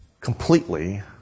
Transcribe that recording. completely